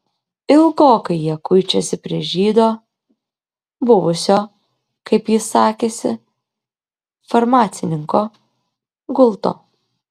ilgokai jie kuičiasi prie žydo buvusio kaip jis sakėsi farmacininko gulto